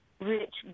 rich